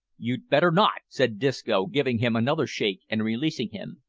you'd better not! said disco, giving him another shake and releasing him.